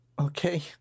Okay